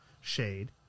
shade